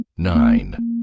Nine